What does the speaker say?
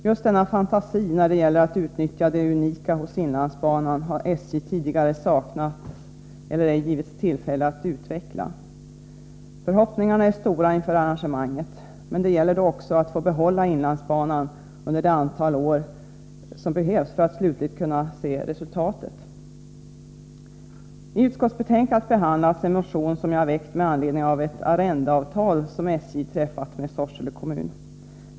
Just denna fantasi när det gäller att utnyttja det unika hos inlandsbanan har SJ tidigare saknat eller inte givits tillfälle att utveckla. Förhoppningarna är stora inför arrangemanget, men det gäller då att också få behålla inlandsbanan under det antal år som behövs för att kunna se ett slutligt resultat. I utskottsbetänkandet behandlas en motion som jag väckt med anledning av ett arrendeavtal som SJ träffat med Sorsele kommun.